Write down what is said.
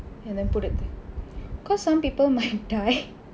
and then put it because some people might die